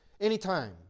Anytime